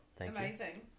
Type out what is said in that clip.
Amazing